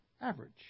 average